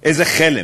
איזה חלם,